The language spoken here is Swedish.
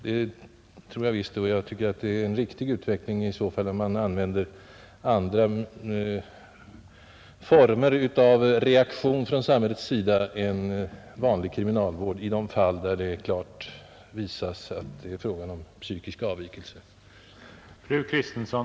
Jag vill gärna tillägga att jag tycker det är en riktig utveckling om man i ökad mån kommer att använda andra former av reaktion från samhällets sida än vanlig kriminalvård i de fall där det klart visas att det är fråga om psykisk avvikelse hos lagöverträdaren,